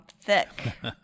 thick